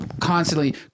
constantly